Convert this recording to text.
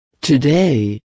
today